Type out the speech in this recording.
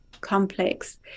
complex